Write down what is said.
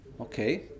okay